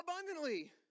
abundantly